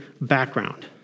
background